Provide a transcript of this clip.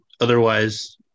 otherwise